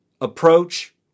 approach